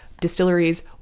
distilleries